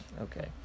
Okay